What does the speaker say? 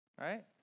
right